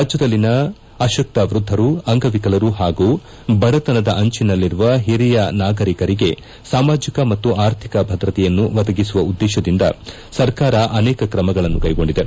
ರಾಜ್ಯದಲ್ಲಿನ ಅಶ್ವತ್ತ ವೃದ್ದರು ಅಂಗವಿಕಲರು ಪಾಗೂ ಬಡತನದ ಅಂಚಿನಲ್ಲಿರುವ ಓರಿಯ ನಾಗರಿಕರಿಗೆ ಸಾಮಾಜಿಕ ಮತ್ತು ಆರ್ಥಿಕ ಭದ್ರತೆಯನ್ನು ಒದಗಿಸುವ ಉದ್ದೇಶದಿಂದ ಸರ್ಕಾರ ಆನೇಕ ಕ್ರಮಗಳನ್ನು ಕೈಗೊಂಡಿದೆ